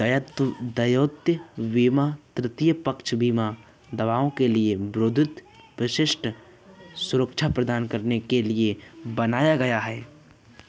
दायित्व बीमा को तृतीय पक्ष बीमा दावों के विरुद्ध विशिष्ट सुरक्षा प्रदान करने के लिए बनाया गया है